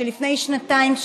שלפני שנתיים,